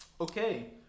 Okay